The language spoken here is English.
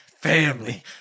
family